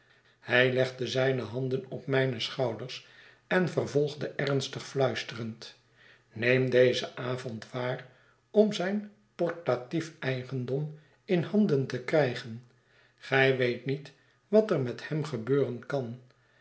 hij legde zijne handen op mijne schouders en vervolgde ernstig fluisterend neem dezea avond waar om zijn portatief eigendom in handen te krijgen gij weet niet wat er met heiri gebeuren kan